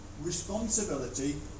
responsibility